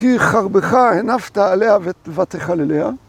‫כי חרבך הנפת עליה ותחלליה.